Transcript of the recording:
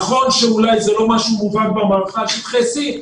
נכון שאולי זה לא משהו מובהק במערכה על שטחי C,